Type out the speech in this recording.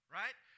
right